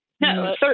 No